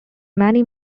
many